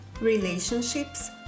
relationships